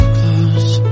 close